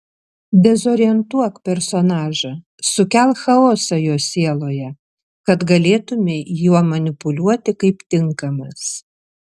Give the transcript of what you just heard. dezorientuok personažą sukelk chaosą jo sieloje kad galėtumei juo manipuliuoti kaip tinkamas